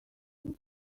two